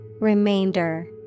Remainder